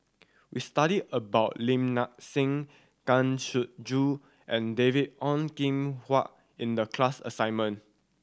we studied about Lim Nang Seng Kang Siong Joo and David Ong Kim Huat in the class assignment